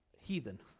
heathen